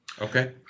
Okay